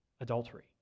adultery